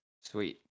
Sweet